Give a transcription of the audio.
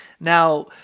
Now